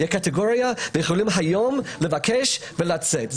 ואפשר היום לבקש ולצאת מהארץ.